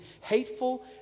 hateful